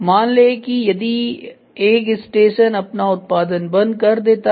मान लें कि यदि एक स्टेशन अपना उत्पादन बंद कर देता है